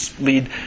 lead